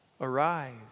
Arise